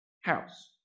house